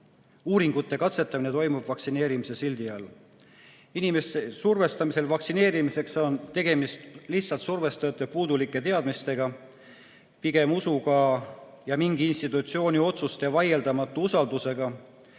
Uuringud ja katsetamised toimuvad vaktsineerimise sildi all. Inimeste survestamisel vaktsineerimiseks on tegemist lihtsalt survestajate puudulike teadmistega, pigem usuga ja mingi institutsiooni otsuste vaieldamatu usaldusega.